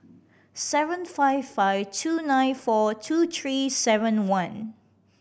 seven five five two nine four two three seven one